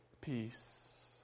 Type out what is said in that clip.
peace